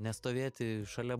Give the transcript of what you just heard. nestovėti šalia